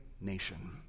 nation